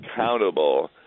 accountable